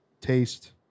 taste